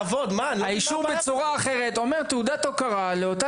האישור בצורה אחרת אומר: תעודת הוקרה לאותה